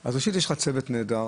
אז ראשית, יש לך צוות נהדר.